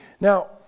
Now